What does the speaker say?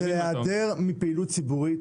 זה להיעדר מפעילות ציבורית.